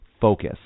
Focus